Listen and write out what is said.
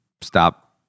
stop